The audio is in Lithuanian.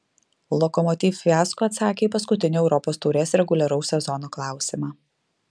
lokomotiv fiasko atsakė į paskutinį europos taurės reguliaraus sezono klausimą